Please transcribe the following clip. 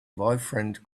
boyfriend